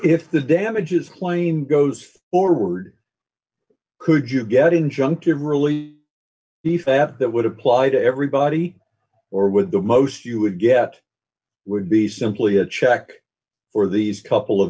if the damages claim goes forward could you get injunctive really be fair that would apply to everybody or with the most you would get would be simply a check for these couple of